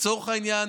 לצורך העניין,